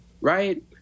right